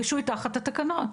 רישוי תחת התקנות.